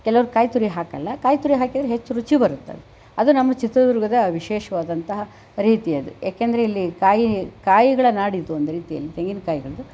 ಕೆಲವರು ಕಾಯಿ ತುರಿ ಹಾಕಲ್ಲ ಕಾಯಿ ತುರಿ ಹಾಕಿದರೆ ಹೆಚ್ಚು ರುಚಿ ಬರುತ್ತೆ ಅದು ನಮ್ಮ ಚಿತ್ರದುರ್ಗದ ವಿಶೇಷವಾದಂತಹ ರೀತಿ ಅದು ಯಾಕೆಂದರೆ ಇಲ್ಲಿ ಕಾಯಿ ಕಾಯಿಗಳ ನಾಡಿದು ಒಂದು ರೀತಿಯಲ್ಲಿ ತೆಂಗಿನಕಾಯಿಗಳದ್ದು